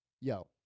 Yo